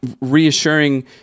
reassuring